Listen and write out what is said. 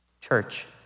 Church